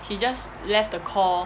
he just left the call